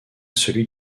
celui